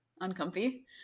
uncomfy